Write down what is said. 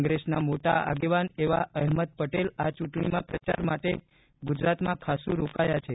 કોંગ્રેસમાં મોટા આગેવાન એવા અહેમદ પટેલ આ ચૂંટણીમાં પ્રચાર માટે ગુજરાતમાં ખાસ્સ રોકાયા છે